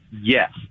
Yes